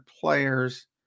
players